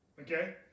Okay